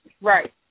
Right